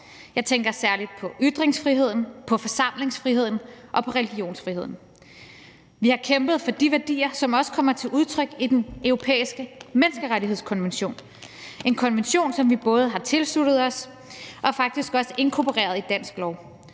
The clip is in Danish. Jeg tænker særlig på ytringsfriheden, på forsamlingsfriheden og på religionsfriheden. Vi har kæmpet for de værdier, som også kommer til udtryk i Den Europæiske Menneskerettighedskonvention, en konvention, som vi både har tilsluttet os og faktisk også inkorporeret i dansk lov.